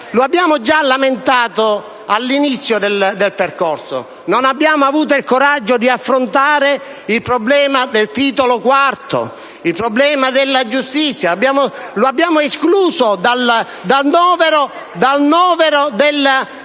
Lo abbiamo già lamentato all'inizio del percorso. Non abbiamo avuto il coraggio di affrontare il problema del Titolo IV della Costituzione, il problema della giustizia. Lo abbiamo escluso dal novero dell'azione